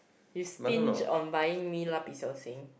you stinge on buying me la pi xiao xing